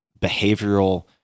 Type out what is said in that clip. behavioral